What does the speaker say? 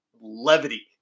Levity